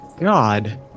God